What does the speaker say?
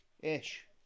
Ish